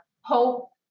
hope